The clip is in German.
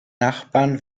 nachbarn